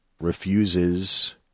refuses